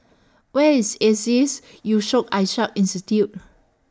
Where IS ISEAS Yusof Ishak Institute